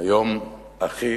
ליום הכי